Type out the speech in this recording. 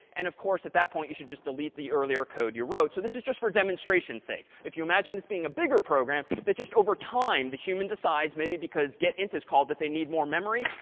and, of course, at that point, you should just delete the earlier code you wrote. so this is just for demonstration sake. if you imagine this being a bigger program, that just over time the human decides maybe because get int is called that they need more memory,